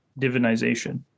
divinization